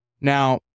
Now